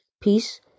peace